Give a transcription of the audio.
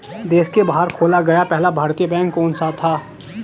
देश के बाहर खोला गया पहला भारतीय बैंक कौन सा था?